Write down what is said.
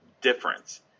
difference